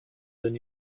than